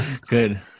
good